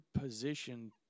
position